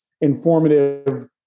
informative